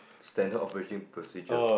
Standard operating procedure